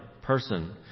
person